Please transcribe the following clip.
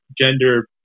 gender